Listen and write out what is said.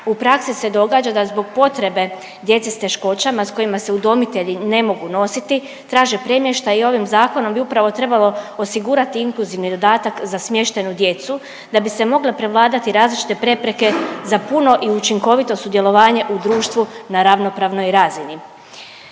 U praksi se događa da zbog potrebe djece s teškoćama s kojima se udomitelji ne mogu nositi traže premještaj i ovim zakonima bi trebalo osigurati inkluzivni dodatak za smještenu djecu da bi se mogle prevladati različite prepreke za puno i učinkovito sudjelovanje u društvu na ravnopravnoj razini